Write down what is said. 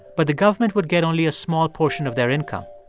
but the government would get only a small portion of their income.